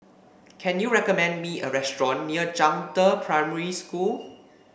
can you recommend me a restaurant near Zhangde Primary School